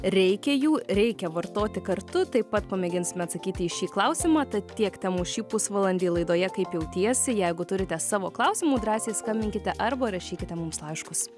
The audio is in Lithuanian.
reikia jų reikia vartoti kartu taip pat pamėginsime atsakyti į šį klausimą tad tiek temų šį pusvalandį laidoje kaip jautiesi jeigu turite savo klausimų drąsiai skambinkite arba rašykite mums laiškus